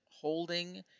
holding